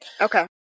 Okay